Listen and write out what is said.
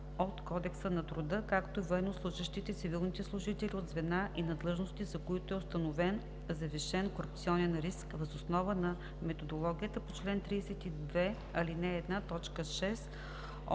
от Кодекса на труда, както и военнослужещите и цивилните служители от звена и на длъжности, за които е установен завишен корупционен риск, въз основа на методологията по чл. 32,